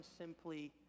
simply